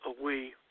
away